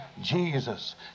Jesus